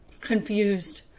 confused